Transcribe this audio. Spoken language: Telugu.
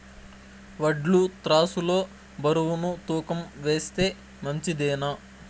వడ్లు త్రాసు లో బరువును తూకం వేస్తే మంచిదేనా?